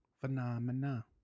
Phenomena